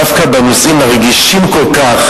דווקא בנושאים הרגישים כל כך,